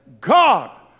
God